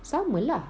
sama lah